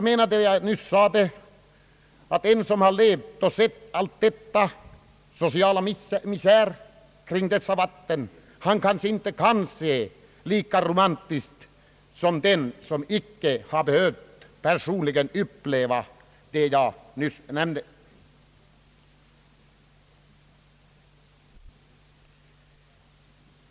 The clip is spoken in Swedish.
Men som jag nyss sade: den som från tidiga år sett all social misär kring dessa vatten kanske inte kan vara lika romantisk som den som inte personligen behövt uppleva det jag här har skildrat.